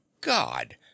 god